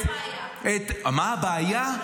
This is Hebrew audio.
את ------ מה הבעיה?